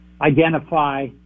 identify